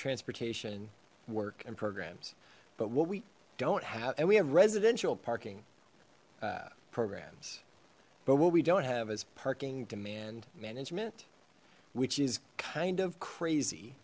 transportation work and programs but what we don't have and we have residential parking programs but what we don't have is parking demand management which is kind of crazy